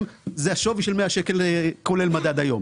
זה השווי של ה-100 שקל כולל מדד היום.